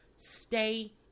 stay